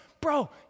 bro